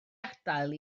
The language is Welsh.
adael